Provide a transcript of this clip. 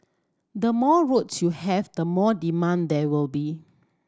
the more roads you have the more demand there will be